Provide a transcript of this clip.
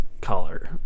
collar